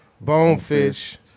Bonefish